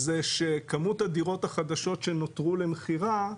זה שכמות הדירות החדשות שנותרו למכירה,